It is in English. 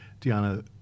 Diana